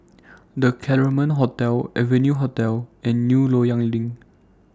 The Claremont Hotel Venue Hotel and New Loyang LINK